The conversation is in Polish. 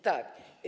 Tak.